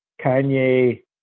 Kanye